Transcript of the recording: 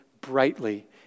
brightly